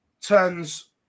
turns